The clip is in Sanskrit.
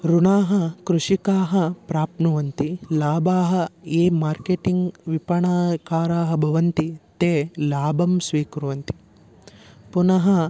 ऋणाः कृषिकाः प्राप्नुवन्ति लाभाः ये मार्केटिङ्ग् विपणकाराः भवन्ति ते लाभं स्वीकुर्वन्ति पुनः